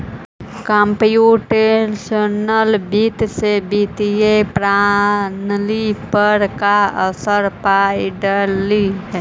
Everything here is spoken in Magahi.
कंप्युटेशनल वित्त से वित्तीय प्रणाली पर का असर पड़लइ